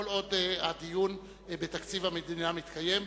כל עוד הדיון בתקציב המדינה יתקיים.